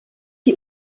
die